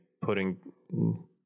putting